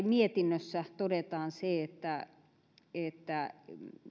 mietinnössä todetaan että että